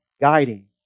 guiding